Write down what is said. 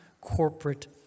corporate